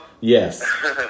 yes